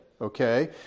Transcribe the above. Okay